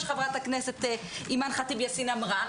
שחברת הכנסת אימאן ח'טיב יאסין אמרה.